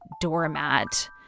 doormat